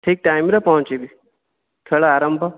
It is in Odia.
ଠିକ୍ ଟାଇମ୍ରେ ପହଞ୍ଚିବି ଖେଳ ଆରମ୍ଭ